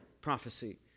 prophecy